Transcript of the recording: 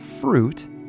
fruit